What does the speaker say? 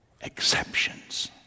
exceptions